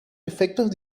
efectos